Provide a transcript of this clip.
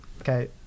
Okay